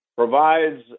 Provides